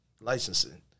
licensing